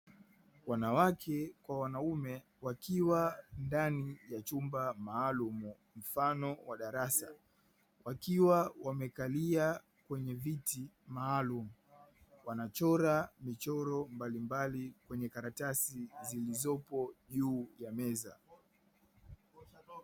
Wanawake kwa wanaume wakiwa ndani ya chumba maalumu mfano wa darasa wakiwa wamekalia kwenye viti maalumu wanachora michoro mbalimbali kwenye karatasi zilizopo juu ya meza.